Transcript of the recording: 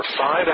five